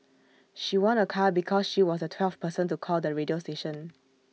she won A car because she was the twelfth person to call the radio station